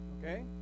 Okay